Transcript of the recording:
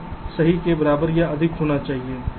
तो सही के बराबर या अधिक होना चाहिए